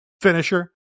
finisher